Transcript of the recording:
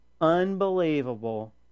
unbelievable